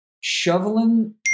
shoveling